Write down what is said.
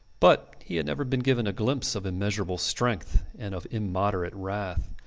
but he had never been given a glimpse of immeasurable strength and of immoderate wrath,